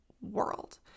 world